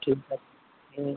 ঠিক আছে হুম